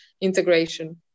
integration